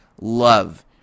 love